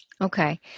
Okay